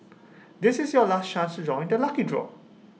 this is your last chance to join the lucky draw